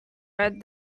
heard